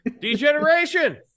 degeneration